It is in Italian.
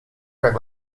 per